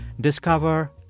Discover